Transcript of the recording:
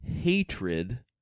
hatred